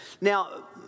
Now